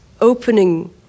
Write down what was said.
opening